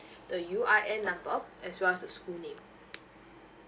the U_I_N number as well as the school name